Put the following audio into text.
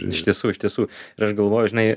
iš tiesų iš tiesų ir aš galvoju žinai